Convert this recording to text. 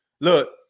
Look